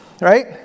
right